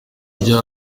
ryo